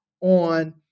on